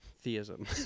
theism